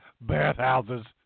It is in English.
Bathhouses